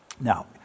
Now